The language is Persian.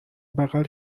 بغل